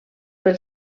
pel